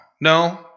no